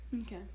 Okay